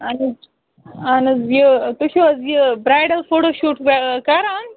اَہَن حظ اَہَن حظ یہِ تُہۍ چھِو حظ یہِ برٛایڈَل فوٹوٗ شوٗٹ کَران